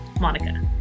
Monica